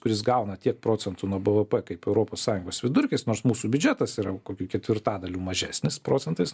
kuris gauna tiek procentų nuo bv kaip europos sąjungos vidurkis nors mūsų biudžetas yra kokiu ketvirtadaliu mažesnis procentais